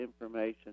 information